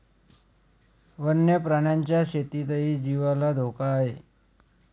वन्य प्राण्यांच्या शेतीतही जीवाला धोका आहे